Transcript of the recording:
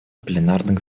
пленарных